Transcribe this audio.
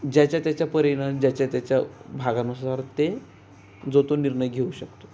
ज्याच्या त्याच्या परीनं आणि ज्याच्या त्याच्या भागानुसार ते जो तो निर्णय घेऊ शकतो